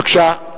בבקשה.